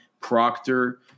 Proctor